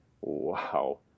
wow